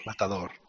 Matador